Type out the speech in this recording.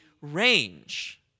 range